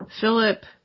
Philip